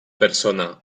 persona